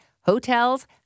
hotels